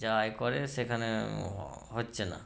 যা আয় করে সেখানে হ হচ্চে না